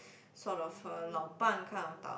sort of a 老伴 kind of tau~